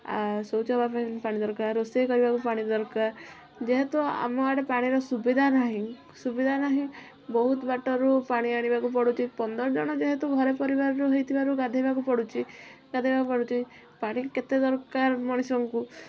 ଆଉ ଶୌଚ ହେବାପାଇଁ ବି ପାଣି ଦରକାର ରୋଷେଇ କରିବାକୁ ପାଣି ଦରକାର ଯେହେତୁ ଆମ ଆଡ଼େ ପାଣିର ସୁବିଧା ନାହିଁ ସୁବିଧା ନାହିଁ ବହୁତ ବାଟରୁ ପାଣି ଆଣିବାକୁ ପଡ଼ୁଛି ପନ୍ଦର ଜଣ ଯେହେତୁ ଘର ପରିବାରର ହେଇଥିବାରୁ ଗାଧୋଇବାକୁ ପଡ଼ୁଛି ଗାଧୋଇବାକୁ ପଡ଼ୁଛି ପାଣି କେତେ ଦରକାର ମଣିଷଙ୍କୁ